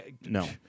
No